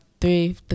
three